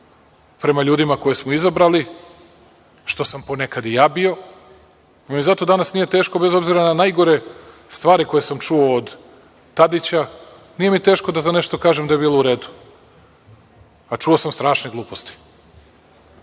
prema ljudima koje smo izabrali, što sam ponekad i ja bio, ali mi zato danas nije teško, bez obzira na najgore stvari koje sam čuo od Tadića, da za nešto kažem da je bilo u redu, a čuo sam strašne gluposti.